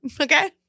Okay